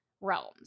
realms